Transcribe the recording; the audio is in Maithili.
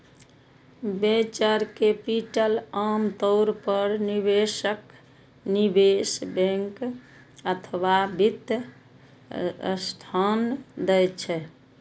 वेंचर कैपिटल आम तौर पर निवेशक, निवेश बैंक अथवा वित्त संस्थान दै छै